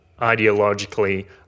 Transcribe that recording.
ideologically